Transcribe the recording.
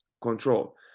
control